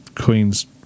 Queen's